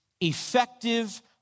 effective